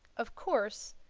of course,